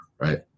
right